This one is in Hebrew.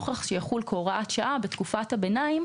נוכח שיחול כהוראת שעה בתקופת הביניים